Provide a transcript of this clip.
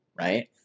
Right